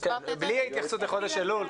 בלי ההתייחסות לחודש אלול.